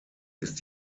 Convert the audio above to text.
ist